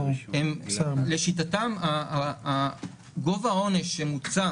לשיטתם גובה העונש שמוצע